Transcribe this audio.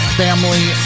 family